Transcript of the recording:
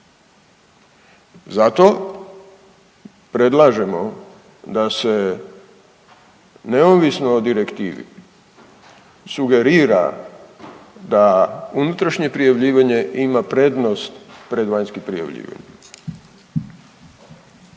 Zato predlažemo da se neovisno o direktivi sugerira da unutrašnje prijavljivanje ima prednost pred vanjskim prijavljivanjem.